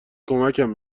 کمکم